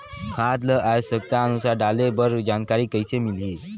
खाद ल आवश्यकता अनुसार डाले बर जानकारी कइसे मिलही?